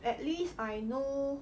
at least I know